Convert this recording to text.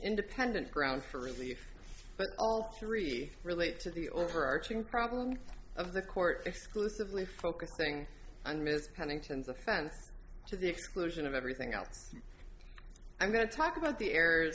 independent grounds for relief but all three relate to the overarching problem of the court exclusively focusing on ms pennington's offense to the exclusion of everything else i'm going to talk about the